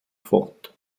fort